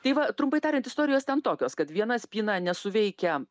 tai va trumpai tariant istorijos ten tokios kad viena spyna nesuveikia